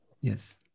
Yes